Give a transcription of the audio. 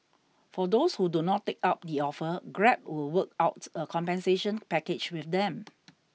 for those who do not take up the offer grab will work out a compensation package with them